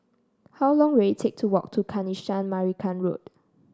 how long will it take to walk to Kanisha Marican Road